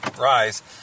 rise